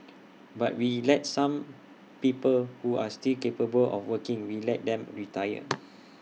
but we let some people who are still capable of working we let them retire